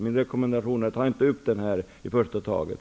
Min rekommendation är: Ta inte upp denna fråga igen i första taget.